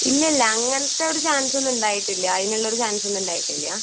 ഇല്ലില്ല അങ്ങനത്തെ ഒരു ചാൻസ് ഒന്നും ഉണ്ടായിട്ട് ഇല്ല അതിന് ഉള്ള ഒരു ചാൻസ് ഒന്നും ഉണ്ടായിട്ട് ഇല്ല